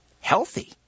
healthy